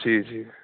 جی جی